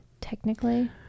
Technically